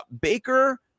Baker